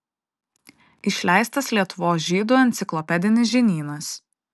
išleistas lietuvos žydų enciklopedinis žinynas